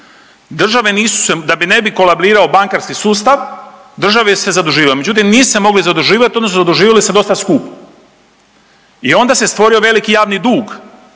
Države nisu se da ne kolabirao bankarski sustav, države su se zaduživale, međutim nisu se mogle zaduživat odnosno zaduživale su se dosta skupo i onda se stvorio veliki javni dug